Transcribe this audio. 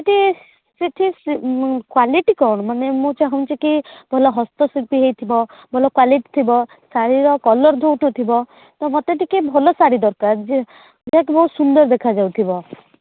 ସେଠି ସେଠି କ୍ୱାଲିଟି କ'ଣ ମାନେ ମୁଁ ଚାହୁଁଛି କି ଭଲ ହସ୍ତ ଶିଳ୍ପୀ ହୋଇଥିବ ଭଲ କ୍ୱାଲିଟି ଥିବ ଶାଢୀରେ କଲର ଧୋଉନଥିବ ତ ମୋତେ ଟିକେ ଭଲ ଶାଢ଼ୀ ଦରକାର ଯେ ବହୁତ ସୁନ୍ଦର ଦେଖା ଯାଉଥିବ